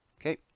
Okay